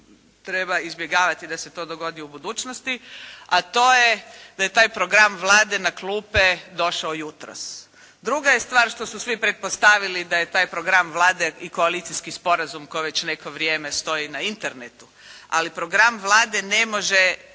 treba izbjegavati da se to dogodi u budućnosti, a to je da je taj program Vlade na klupe došao jutros. Druga je stvar što su svi pretpostavili da je taj program Vlade i koalicijski sporazum koji već neko vrijeme stoji na Internetu, ali program Vlade ne mogu